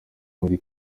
muri